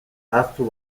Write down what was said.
ahaztu